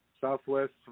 Southwest